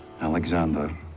Alexander